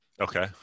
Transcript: Okay